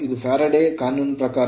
ಇದು ಫ್ಯಾರಡೆಯ ಕಾನೂನಿನ ಪ್ರಕಾರ